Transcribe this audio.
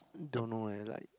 don't know eh like